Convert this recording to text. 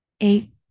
Eight